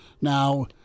Now